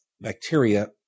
bacteria